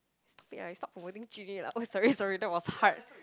stop it lah you stop promoting Jun-Yi lah oh sorry sorry that was hard